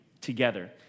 together